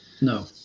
No